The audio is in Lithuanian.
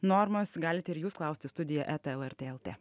normas galite ir jūs klausti studija eta lrt lt